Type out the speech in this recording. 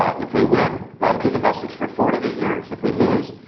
if we win, that'll be the message for four to eight years. if we lose,